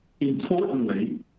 Importantly